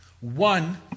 one